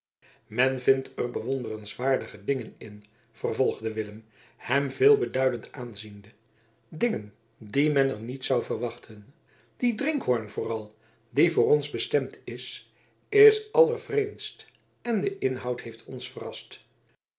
men vindt er bewonderenswaardige dingen in vervolgde willem hem veelbeduidend aanziende dingen die men er niet zou verwachten die drinkhoorn vooral die voor ons bestemd is is allervreemdst en de inhoud heeft ons verrast